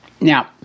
Now